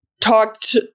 talked